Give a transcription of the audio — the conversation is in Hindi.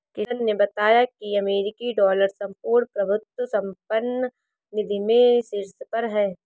किशन ने बताया की अमेरिकी डॉलर संपूर्ण प्रभुत्व संपन्न निधि में शीर्ष पर है